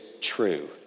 true